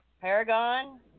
Paragon